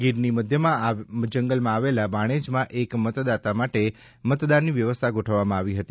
ગીરની મધ્યમાં જંગલમાં આવેલ બાણેજમાં એક મતદાતા માટે મતદાનની વ્યવસ્થા ગોઠવવામાં આવી હતી